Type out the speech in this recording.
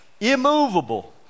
immovable